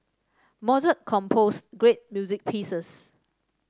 Mozart composed great music pieces